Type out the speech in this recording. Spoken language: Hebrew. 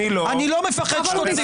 אני לא מפחד שתוציא אותי.